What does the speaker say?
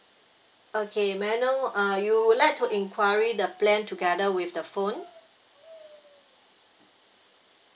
okay may I know uh you would like to enquiry the plan together with the phone